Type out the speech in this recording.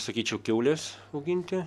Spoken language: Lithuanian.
sakyčiau kiaules auginti